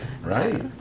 Right